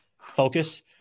focus